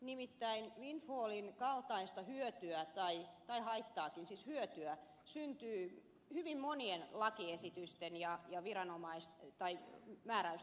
nimittäin windfallin kaltaista hyötyä syntyy hyvin monien lakiesitysten ja määräysten kautta